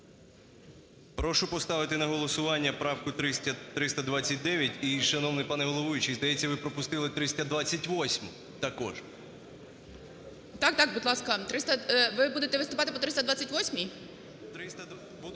Прошу поставити на голосування правку 329. І шановний пане головуючий, здається, ви пропустили 328-у також. ГОЛОВУЮЧИЙ. Так-так, будь ласка. Ви будете виступати по 328-й?